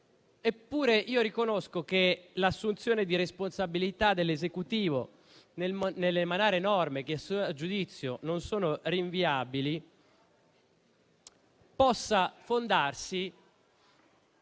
Eppure io riconosco che l'assunzione di responsabilità dell'Esecutivo nell'emanare norme che a suo giudizio non sono rinviabili possa fondarsi